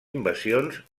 invasions